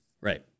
Right